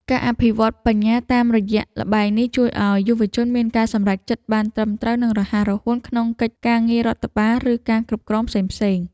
ការអភិវឌ្ឍបញ្ញាតាមរយៈល្បែងនេះជួយឱ្យយុវជនមានការសម្រេចចិត្តបានត្រឹមត្រូវនិងរហ័សរហួនក្នុងកិច្ចការងាររដ្ឋបាលឬការគ្រប់គ្រងផ្សេងៗ។